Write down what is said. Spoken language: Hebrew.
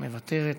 מוותרת,